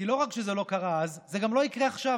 כי לא רק שזה לא קרה אז, זה גם לא יקרה עכשיו.